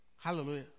Hallelujah